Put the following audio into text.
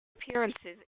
appearances